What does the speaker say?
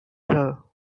her